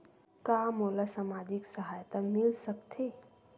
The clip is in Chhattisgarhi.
का मोला सामाजिक सहायता मिल सकथे?